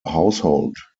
household